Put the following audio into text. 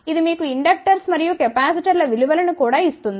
ఇది మీకు ఇండక్టర్స్ మరియు కెపాసిటర్ల విలువ ను కూడా ఇస్తుంది